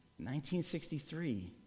1963